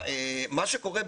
מה שקורה,